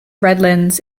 redlands